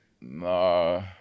No